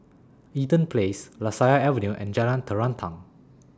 Eaton Place Lasia Avenue and Jalan Terentang